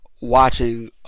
watching